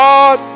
God